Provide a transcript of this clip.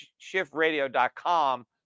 shiftradio.com